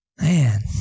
Man